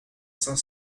cinq